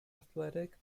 athletic